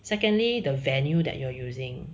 secondly the venue that you're using